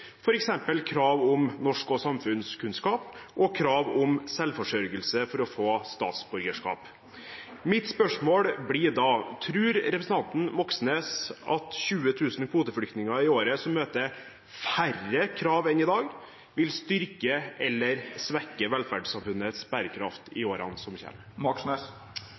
f.eks. krav om norsk og samfunnskunnskap og krav om selvforsørgelse for å få statsborgerskap. Mitt spørsmål blir da: Tror representanten Moxnes at 20 000 kvoteflyktninger i året som møter færre krav enn i dag, vil styrke eller svekke velferdssamfunnets bærekraft i årene som